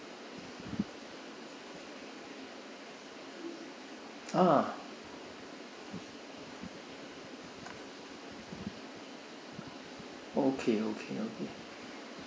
ah okay okay okay